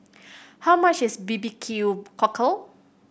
how much is barbecue cockle